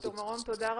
ד"ר מרום תודה רבה.